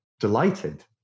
Delighted